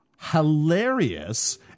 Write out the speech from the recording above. hilarious